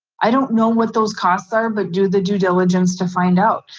i don't know what those costs are, but do the due diligence to find out.